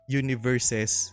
universes